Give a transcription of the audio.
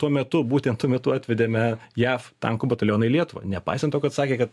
tuo metu būtent tuo metu atvedėme jav tankų batalioną į lietuvą nepaisant to kad sakė kad